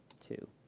two.